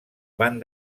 van